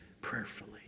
prayerfully